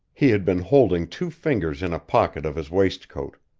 he had been holding two fingers in a pocket of his waistcoat.